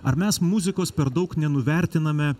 ar mes muzikos per daug nenuvertiname